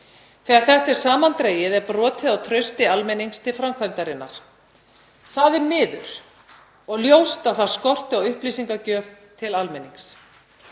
Þegar þetta er samandregið er brotið á trausti almennings til framkvæmdarinnar. Það er miður og ljóst að það skorti á upplýsingagjöf til almennings.